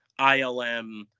ILM